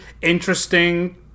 interesting